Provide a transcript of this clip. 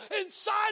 Inside